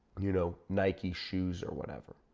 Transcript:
you know nike shoes or whatever.